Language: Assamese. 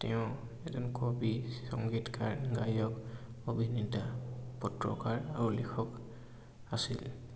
তেওঁ এজন কবি সংগীতকাৰ গায়ক অভিনেতা পত্ৰকাৰ আৰু লিখক আছিল